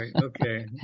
okay